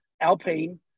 Alpine